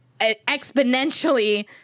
exponentially